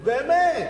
באמת.